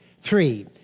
Three